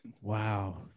Wow